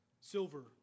Silver